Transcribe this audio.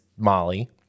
molly